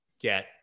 get